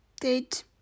date